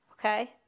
Okay